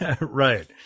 Right